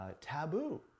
taboo